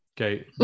Okay